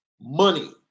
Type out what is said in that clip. Money